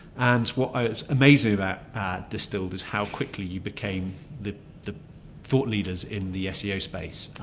and what is amazing about distilled is how quickly you became the the thought leaders in the seo space.